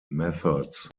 methods